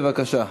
בבקשה.